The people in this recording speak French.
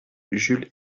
jules